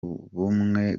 ubumwe